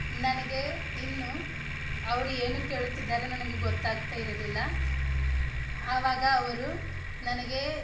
ನನಗೆ ಇನ್ನು ಅವರು ಏನು ಕೇಳುತ್ತಿದ್ದಾರೆ ನನಗೆ ಗೊತ್ತಾಗ್ತಾ ಇರಲಿಲ್ಲ ಆವಾಗ ಅವರು ನನಗೆ